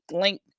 link